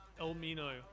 Elmino